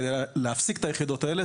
כדי להפסיק את היחידות האלה,